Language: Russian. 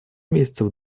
месяцев